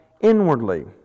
inwardly